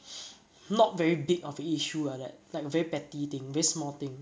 not very big of a issue like that like very petty thing very small thing